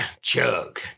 chug